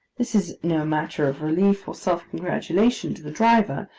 this is no matter of relief or self-congratulation to the driver,